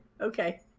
okay